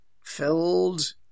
filled